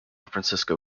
francisco